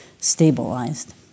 stabilized